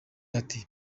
ati